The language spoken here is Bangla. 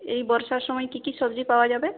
এই বর্ষার সময় কী কী সবজি পাওয়া যাবে